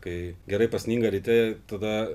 kai gerai pasninga ryte tada